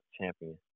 Champion